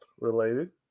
related